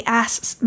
asks